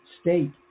state